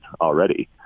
already